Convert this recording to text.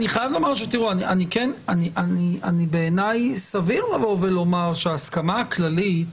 אני חייב לומר שבעיניי סביר לבוא ולומר שהסכמה כללית,